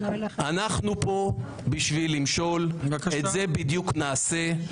אנחנו פה בשביל למשול, את זה בדיוק נעשה.